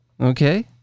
Okay